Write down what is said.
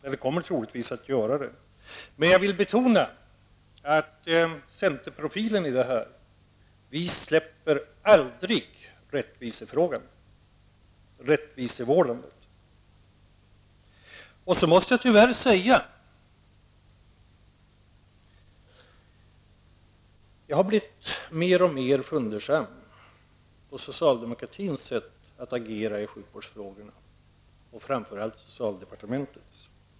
Men jag vill betona att vi aldrig släpper centerprofilen i detta, rättvisefrågan, frågan om rättvis vård. Jag har blivit mer och mer fundersam över socialdemokratins sätt att agera i sjukvårdsfrågorna, och framför allt socialdepartementets.